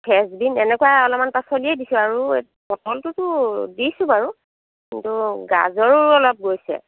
ফেচবিন এনেকুৱা অলপমান পাচলিয়ে দিছো আৰু পটলটোতো দিছো বাৰু কিন্তু গাজৰো অলপ গৈছে